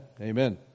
Amen